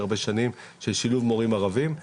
של שילוב מורים ערבים.